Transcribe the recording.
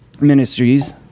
ministries